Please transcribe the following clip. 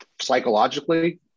psychologically